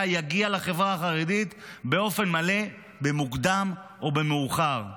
יגיעו לחברה החרדית באופן מלא במוקדם או במאוחר.